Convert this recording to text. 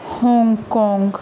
Hong Kong